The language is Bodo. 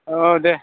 औ दे